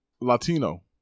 Latino